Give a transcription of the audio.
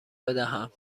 بدهم